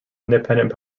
independent